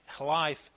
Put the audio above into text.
life